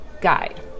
guide